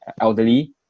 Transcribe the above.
elderly